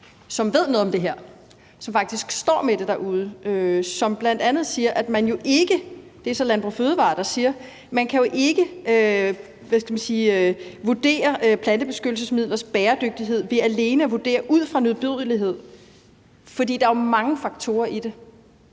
som ved noget om det her, som faktisk står med det derude, der bl.a. siger – det er så Landbrug & Fødevarer, der siger det – at man ikke kan vurdere plantebeskyttelsesmidlers bæredygtighed ved alene at vurdere ud fra nedbrydelighed, for der er jo mange faktorer i det.